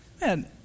man